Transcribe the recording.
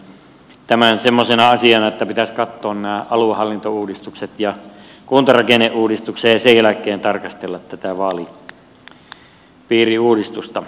sen takia näen tämän semmoisena asiana että pitäisi katsoa nämä aluehallintouudistukset ja kuntarakenneuudistukset ja sen jälkeen tarkastella tätä vaalipiiriuudistusta